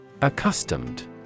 Accustomed